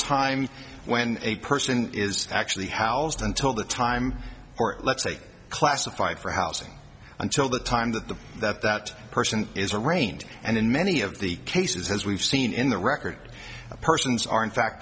time when a person is actually housed until the time or let's say classified for housing until the time that the that that person is arraigned and in many of the cases as we've seen in the record the persons are in fact